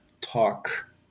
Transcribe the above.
talk